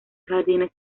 jardines